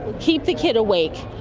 keep the kid awake,